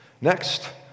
Next